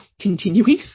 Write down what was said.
continuing